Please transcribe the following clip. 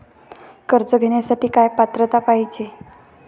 कर्ज घेण्यासाठी काय पात्रता पाहिजे?